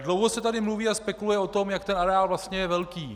Dlouho se tady mluví a spekuluje o tom, jak je areál vlastně velký.